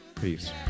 Peace